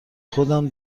خودم